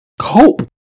Cope